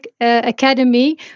Academy